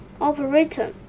operator